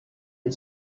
and